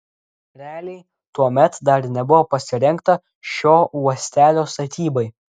realiai tuomet dar nebuvo pasirengta šio uostelio statybai